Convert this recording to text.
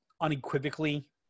unequivocally